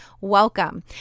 Welcome